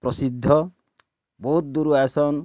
ପ୍ରସିଦ୍ଧ ବହୁତ୍ ଦୂରୁ ଆଇସନ୍